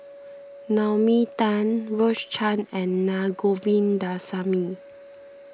Naomi Tan Rose Chan and Na Govindasamy